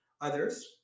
Others